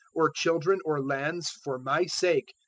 or children or lands, for my sake,